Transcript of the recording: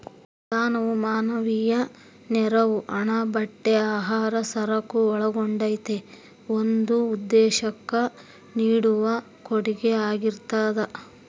ದಾನವು ಮಾನವೀಯ ನೆರವು ಹಣ ಬಟ್ಟೆ ಆಹಾರ ಸರಕು ಒಳಗೊಂಡಂತೆ ಒಂದು ಉದ್ದೇಶುಕ್ಕ ನೀಡುವ ಕೊಡುಗೆಯಾಗಿರ್ತದ